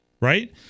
right